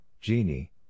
Genie